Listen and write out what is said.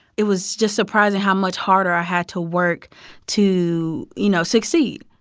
it was just surprising how much harder i had to work to, you know, succeed.